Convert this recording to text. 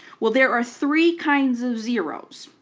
well there are three kinds of zeroes,